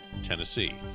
Tennessee